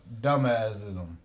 dumbassism